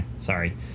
sorry